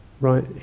right